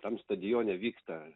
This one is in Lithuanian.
tam stadione vyksta